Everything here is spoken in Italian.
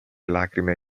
lacrime